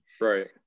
Right